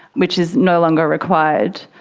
which is no longer required.